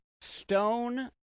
Stone